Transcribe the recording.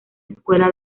escuela